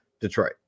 Detroit